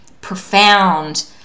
profound